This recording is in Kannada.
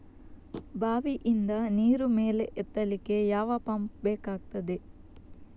ಬಾವಿಯಿಂದ ನೀರು ಮೇಲೆ ಎತ್ತಲಿಕ್ಕೆ ಯಾವ ಪಂಪ್ ಬೇಕಗ್ತಾದೆ?